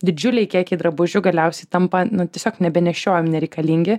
didžiuliai kiekiai drabužių galiausiai tampa nu tiesiog nebenešiojami nereikalingi